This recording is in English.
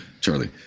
Charlie